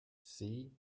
see